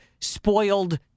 spoiled